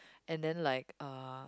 and then like uh